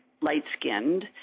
light-skinned